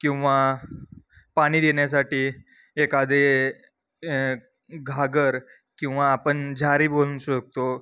किंवा पाणी देण्यासाठी एखादी घागर किंवा आपण झारी बोलू शकतो